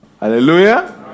Hallelujah